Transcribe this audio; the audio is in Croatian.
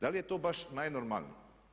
Da li je to baš najnormalnije?